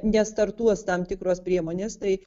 nestartuos tam tikros priemonės tai